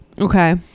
Okay